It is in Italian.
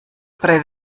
pre